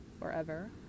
forever